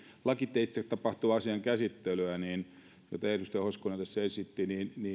lakiteitse tapahtuva asian käsittely jota edustaja hoskonen tässä esitti